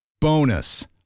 Bonus